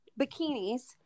bikinis